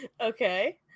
Okay